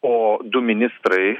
o du ministrai